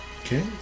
Okay